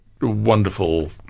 wonderful